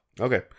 Okay